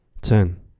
Ten